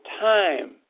time